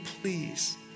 please